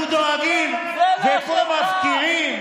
בנגב אנחנו דואגים ופה מפקירים?